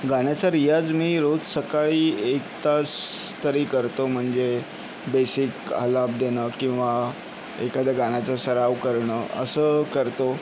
गाण्याचा रियाज मी रोज सकाळी एक तास तरी करतो म्हणजे बेसिक आलाप देणं किंवा एखाद्या गाण्याचा सराव करणं असं करतो